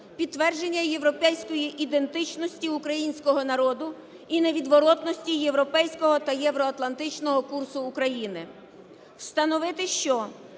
підтвердження європейської ідентичності українського народу і невідворотності європейського та євроатлантичного курсу України. Встановити, що